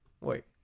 Wait